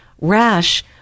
rash